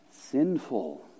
sinful